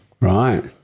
Right